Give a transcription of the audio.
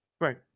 Right